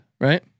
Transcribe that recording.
Right